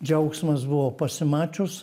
džiaugsmas buvo pasimačius